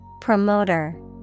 Promoter